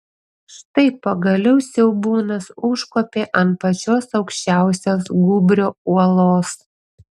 štai pagaliau siaubūnas užkopė ant pačios aukščiausios gūbrio uolos